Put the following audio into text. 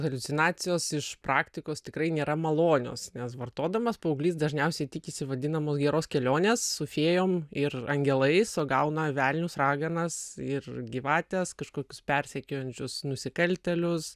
haliucinacijos iš praktikos tikrai nėra malonios nes vartodamas paauglys dažniausiai tikisi vadinamos geros kelionės su fėjom ir angelai sugauna velnius raganas ir gyvates kažkoks persekiojančius nusikaltėlius